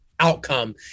outcome